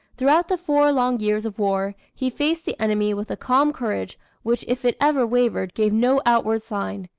throughout the four long years of war, he faced the enemy with a calm courage which if it ever wavered gave no outward sign.